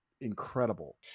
incredible